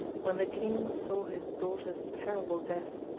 when the king saw his daughter's terrible death,